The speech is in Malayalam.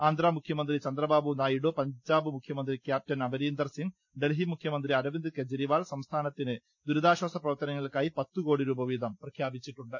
ആന്ധ്രമുഖ്യമന്ത്രി ചന്ദ്രബാബുനാ യിഡു പഞ്ചാബ് മുഖ്യമന്ത്രി ക്യാപ്റ്റർ അമരീന്ദർസിംഗ് ഡൽഹി മുഖ്യ മന്ത്രി അരവിന്ദ് കെജരിവാൾ സംസ്ഥാനത്തിന് ദുരിതാശ്വാസ പ്രവർത്തന ങ്ങൾക്കായി പത്തുകോടിരൂപവീതം പ്രഖ്യാപിച്ചിട്ടുണ്ട്